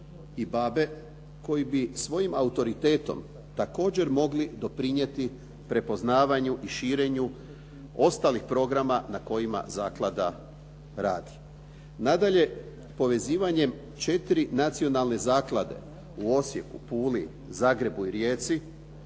koji bi svojim autoritetom također mogli doprinijeti prepoznavanju i širenju ostalih programa na kojima zaklada radi. Nadalje, povezivanjem 4 nacionalne zaklade u Osijeku, Puli, Zagrebu i Rijeci